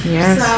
Yes